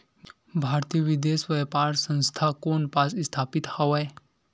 भारतीय विदेश व्यापार संस्था कोन पास स्थापित हवएं?